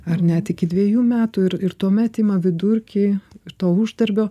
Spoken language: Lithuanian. ar net iki dvejų metų ir ir tuomet ima vidurkį ir to uždarbio